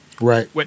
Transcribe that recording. Right